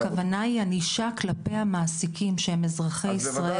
הכוונה היא ענישה כלפי המעסיקים שהם אזרחי ישראל.